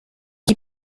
qui